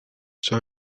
saya